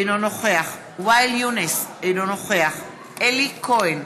אינו נוכח ואאל יונס, אינו נוכח אלי כהן,